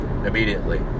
immediately